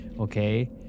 okay